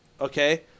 okay